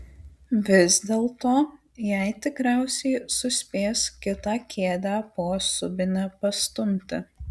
vis dėlto jai tikriausiai suspės kitą kėdę po subine pastumti